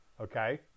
Okay